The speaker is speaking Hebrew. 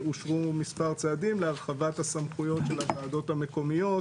אושרו מספר צעדים להרחבת הסמכויות של הוועדות המקומיות,